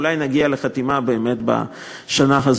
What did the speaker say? אולי נגיע לחתימה באמת בשנה הזאת.